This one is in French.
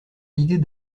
l’idée